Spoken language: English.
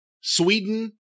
Sweden